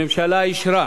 הממשלה אישרה